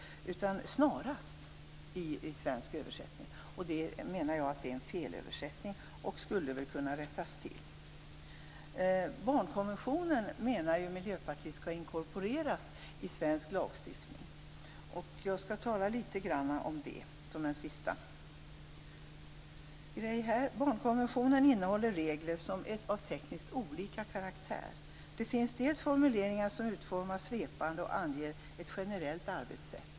Det står "snarast" i den svenska översättningen. Det är en felöversättning, menar jag. Det skulle väl kunna rättas till. Miljöpartiet menar ju att barnkonventionen skall inkorporeras i svensk lagstiftning. Jag skall tala litet grand om det som en sista punkt. Barnkonventionen innehåller regler som är av tekniskt olika karaktär. Det finns bl.a. formuleringar som utformas svepande och anger ett generellt arbetssätt.